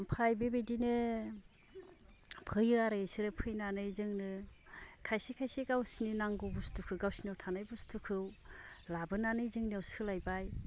ओमफाय बेबायदिनो फैयो आरो इसोरो फैनानै जोंनो खायसे खायसे गावसोरनि नांगौ बुस्थुफोरखो गावसोरनियाव थानाय बुस्थुखौ लाबोनानै जोंनियाव सोलायबाय